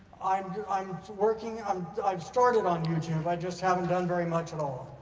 i'm i'm working on, i've started on youtube, i just haven't done very much. and um